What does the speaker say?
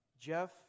Jeff